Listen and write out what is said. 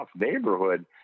neighborhood